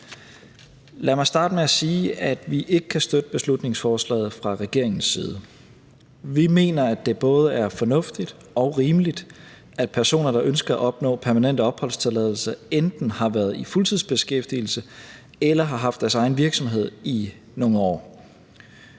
Lad mig starte med at sige, at vi fra regeringens side ikke kan støtte beslutningsforslaget. Vi mener, at det både er fornuftigt og rimeligt, at personer, der ønsker at opnå permanent opholdstilladelse, enten har været i fuldtidsbeskæftigelse eller har haft deres egen virksomhed i nogle år.